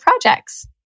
projects